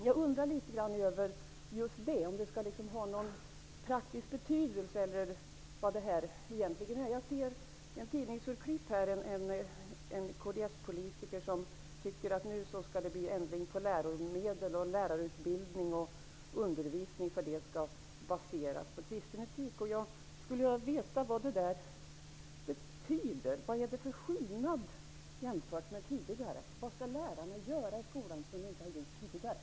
Jag undrar litet grand över om det här begreppet skall ha någon praktisk betydelse eller vad det egentligen är. Jag ser i ett tidningsurklipp en kds-politiker som tycker att det nu skall bli ändring på läromedel, lärarutbildning och undervisning, för de skall baseras på kristen etik. Jag skulle vilja veta vad det betyder. Vad är det för skillnad jämfört med tidigare? Vad skall lärarna göra i skolan som de inte har gjort förut?